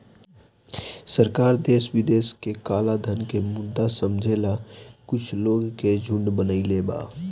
सरकार देश विदेश के कलाधन के मुद्दा समझेला कुछ लोग के झुंड बनईले बा